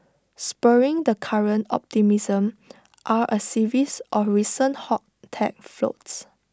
spurring the current optimism are A series of recent hot tech floats